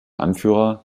anführer